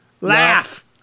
Laugh